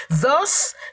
Thus